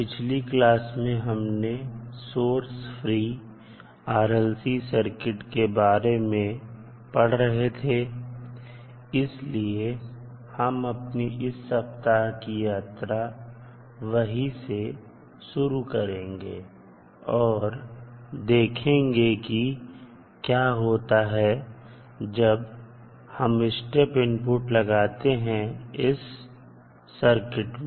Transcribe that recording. पिछली क्लास में हम source free series RLC circuit के बारे में पढ़ रहे थे इसलिए हम अपनी इस सप्ताह की यात्रा वहीं से शुरू करेंगे और देखेंगे कि क्या होता है जब हम स्टेप इनपुट लगाते हैं इस सर्किट में